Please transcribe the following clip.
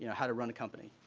yeah how to run a company.